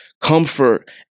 comfort